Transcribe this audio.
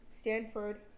Stanford